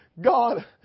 God